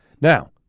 Now